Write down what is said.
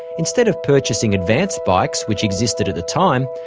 instead of purchasing advanced bikes, which existed at the time,